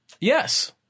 yes